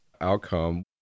outcome